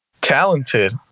talented